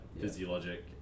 physiologic